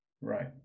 Right